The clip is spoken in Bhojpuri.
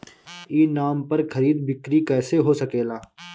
ई नाम पर खरीद बिक्री कैसे हो सकेला?